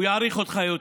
הוא יעריך אותך יותר.